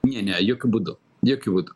ne ne jokiu būdu jokiu būdu